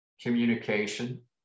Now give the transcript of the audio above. communication